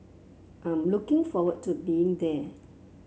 I'm looking forward to being there